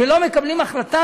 ולא מקבלים החלטה,